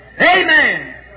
Amen